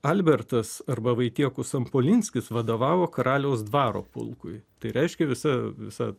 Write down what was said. albertas arba vaitiekus ampolinskis vadovavo karaliaus dvaro pulkui tai reiškia visa visa